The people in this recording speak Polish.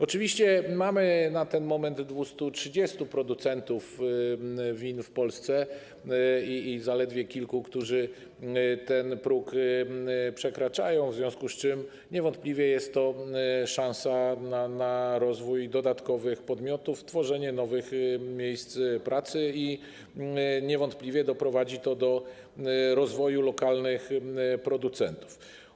Oczywiście w Polsce na ten moment mamy 230 producentów win i zaledwie kilku, którzy ten próg przekraczają, w związku z czym niewątpliwie jest to szansa na rozwój dodatkowych podmiotów, tworzenie nowych miejsc pracy i niewątpliwie doprowadzi to do rozwoju lokalnych producentów.